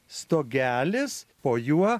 stogelis po juo